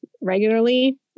regularly